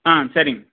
ஆ சரிங்க